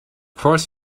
course